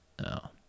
No